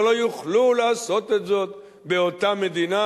ולא יוכלו לעשות את זאת באותה מדינה?